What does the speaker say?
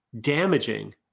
damaging